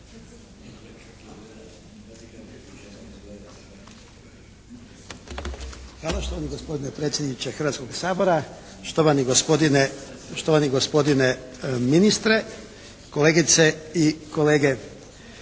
Hvala. Štovani gospodine predsjedniče Hrvatskog sabora, štovani gospodine ministre, kolegice i kolege.